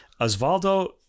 Osvaldo